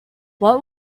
what